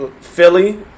Philly